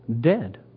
dead